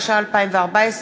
התשע"ה 2014,